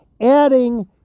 adding